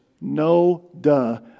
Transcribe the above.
no-duh